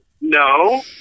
no